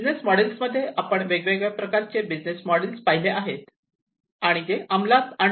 business मॉडेल्समध्ये आपण वेगवेगळ्या प्रकारचे बिझनेस मोडेल पाहिले आणि जे अमलात आणले जाऊ शकतात